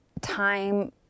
time